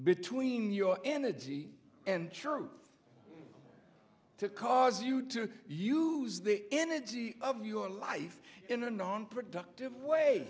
between your energy and truth to cause you to use the energy of your life in a non productive way